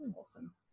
Awesome